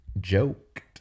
joked